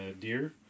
deer